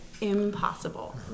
impossible